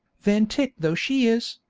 van tyck though she is,